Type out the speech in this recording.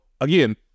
again